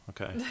Okay